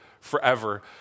forever